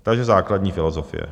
Takže základní filozofie.